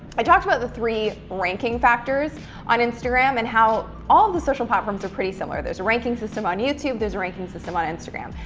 i talked about the three ranking factors on instagram, and how all of the social platforms are pretty similar. there's a ranking system on youtube, there's a ranking system on instagram.